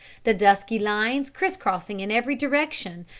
the dusky lines criss-crossing in every direction,